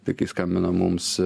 tai kai skambina mums